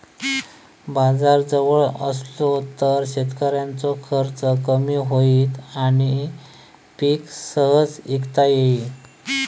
बाजार जवळ असलो तर शेतकऱ्याचो खर्च कमी होईत आणि पीक सहज इकता येईत